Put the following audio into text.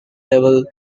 level